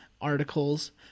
articles